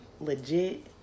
legit